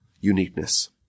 uniqueness